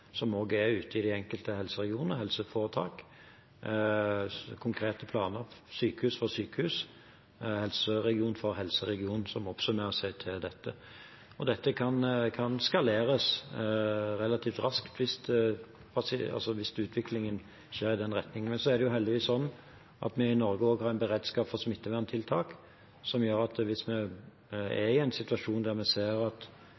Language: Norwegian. planer som er ute i de enkelte helseregioner og helseforetak – konkrete planer, sykehus for sykehus, helseregion for helseregion, som oppsummerer seg til dette. Det kan skaleres relativt raskt hvis utviklingen skjer i den retningen, men heldigvis har vi i Norge en beredskap for smitteverntiltak som gjør at hvis vi ser at